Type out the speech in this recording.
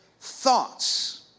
thoughts